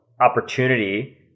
opportunity